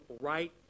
right